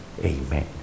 Amen